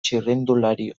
txirrindulari